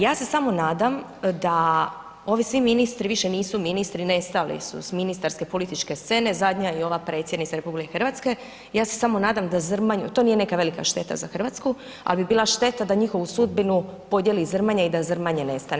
Ja se samo nadam da ovi svi ministri više nisu ministri, nestali su s ministarske političke scene, zadnja je ova Predsjednica RH, ja se samo nadam da Zrmanju, to nije neka velika šteta za Hrvatsku, ali bi bila šteta da njihovu sudbinu podijeli Zrmanja i da Zrmanje nestane.